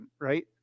right